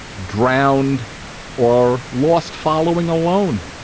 drowned or lost following a loan.